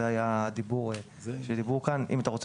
זה היה הדיבור שהיה כאן: אם אתה רוצה